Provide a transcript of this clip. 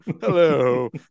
Hello